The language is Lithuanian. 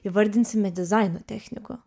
įvardinsime dizaino technikų